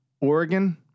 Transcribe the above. Oregon